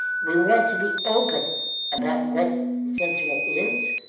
we want to be open about what sentinel is,